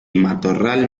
matorral